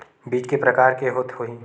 बीज के प्रकार के होत होही?